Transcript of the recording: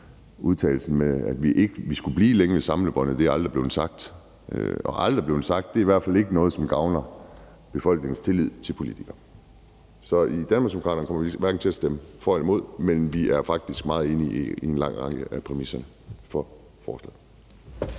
udtalelsen om, at vi skulle blive længe ved samlebåndet, aldrig er blevet sagt. Og det, at noget aldrig er blevet sagt, er i hvert fald ikke noget, som gavner befolkningens tillid til politikere. Så i Danmarksdemokraterne kommer vi hverken til at stemme for eller imod forslaget, men vi er faktisk meget enige i en lang række af præmisserne for det.